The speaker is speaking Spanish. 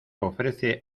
ofrece